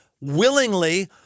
willingly